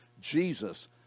Jesus